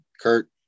Kurt